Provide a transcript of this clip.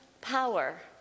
power